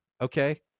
Okay